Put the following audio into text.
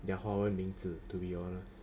their 华文名字 to be honest